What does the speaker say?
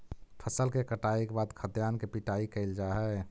फसल के कटाई के बाद खाद्यान्न के पिटाई कैल जा हइ